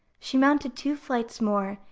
she mounted two flights more,